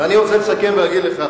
ואני רוצה לסכם ולהגיד לך,